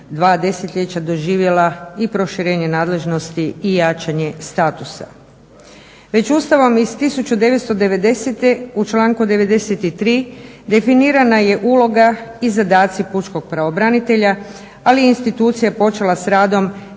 2 desetljeća doživjela i proširenje nadležnosti i jačanje statusa. Već Ustavom iz 1990. u članku 93. definirana je uloga i zadaci pučkog pravobranitelja, ali je institucija počela s radom